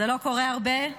זה לא קורה הרבה,